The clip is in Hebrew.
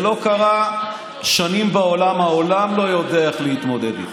העולמית כבר הסתיימה, עכשיו